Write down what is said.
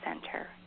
center